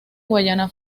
guayana